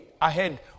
ahead